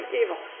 evil